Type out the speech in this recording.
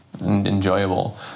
enjoyable